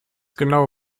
genau